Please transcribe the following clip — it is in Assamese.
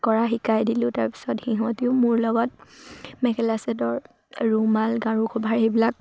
কৰা শিকাই দিলোঁ তাৰপিছত সিহঁতিও মোৰ লগত মেখেলা চাদৰ ৰুমাল গাৰু কভাৰ সেইবিলাক